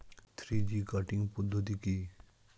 Three G cutting পদ্ধতি কি?